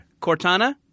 Cortana